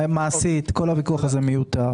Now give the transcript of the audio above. מעשית, כל הוויכוח הזה מיותר.